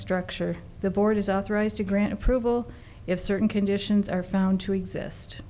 structure the board is authorized to grant approval if certain conditions are found to exist